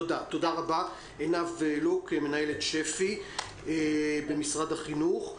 תודה רבה עינב לוק מנהלת שפ"י במשרד החינוך.